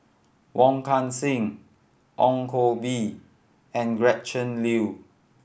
Wong Kan Seng Ong Koh Bee and Gretchen Liu